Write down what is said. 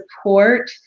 support